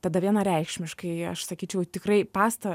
tada vienareikšmiškai aš sakyčiau tikrai pasta